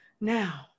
Now